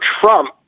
Trump